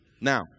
now